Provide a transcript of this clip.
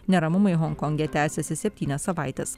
neramumai honkonge tęsiasi septynias savaites